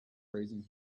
praising